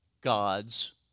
God's